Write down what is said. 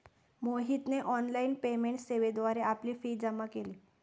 मोहितने online payment सेवेद्वारे आपली फी जमा केली